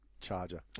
charger